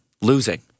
losing